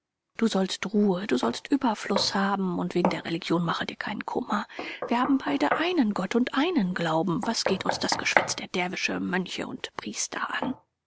du sollst ruhe du sollst überfluß haben und wegen der religion mache dir keinen kummer wir haben beide einen gott und einen glauben was geht uns das geschwätz der derwische mönche und priester an